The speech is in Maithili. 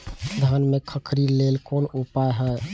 धान में खखरी लेल कोन उपाय हय?